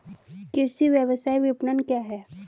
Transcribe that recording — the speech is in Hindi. कृषि व्यवसाय विपणन क्या है?